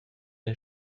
era